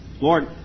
Lord